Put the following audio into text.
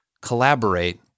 collaborate